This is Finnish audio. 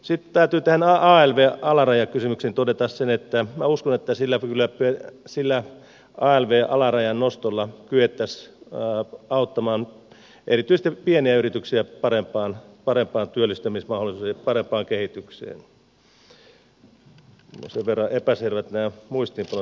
täytyy tähän alv alarajakysymykseen todeta se että minä uskon että alv alarajan nostolla kyettäisiin auttamaan erityisesti pieniä yrityksiä parempiin työllistämismahdollisuuksiin ja parempaan kehitykseen